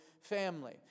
family